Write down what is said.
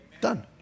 done